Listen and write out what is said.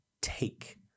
take